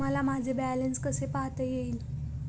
मला माझे बॅलन्स कसे पाहता येईल?